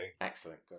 Excellent